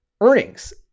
earnings